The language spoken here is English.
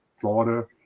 Florida